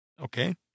okay